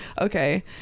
okay